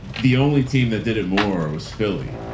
the only team that did it more was philly.